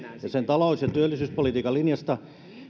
ja sen talous ja työllisyyspolitiikan linjasta